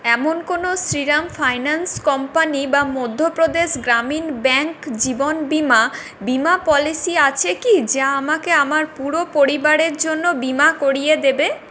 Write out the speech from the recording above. এমন কোনও Shriram finance company বা মধ্যপ্রদেশ গ্রামীণ ব্যাঙ্ক জীবন বিমা বিমা পলিসি আছে কি যা আমাকে আমার পুরো পরিবারের জন্য বিমা করিয়ে দেবে